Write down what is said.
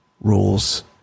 rules